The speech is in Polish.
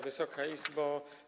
Wysoka Izbo!